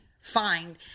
find